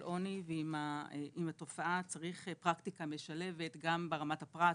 עוני ועם התופעה צריך פרקטיקה משלבת גם ברמת הפרט,